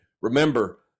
Remember